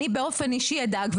אני באופן אישי אדאג,